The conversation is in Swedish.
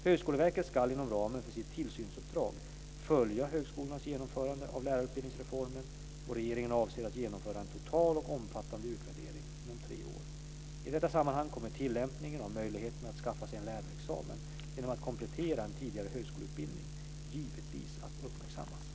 Högskoleverket ska inom ramen för sitt tillsynsuppdrag följa högskolornas genomförande av lärarutbildningsreformen, och regeringen avser att genomföra en total och omfattande utvärdering inom tre år. I detta sammanhang kommer tillämpningen av möjligheten att skaffa sig en lärarexamen genom att komplettera en tidigare högskoleutbildning givetvis att uppmärksammas.